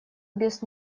без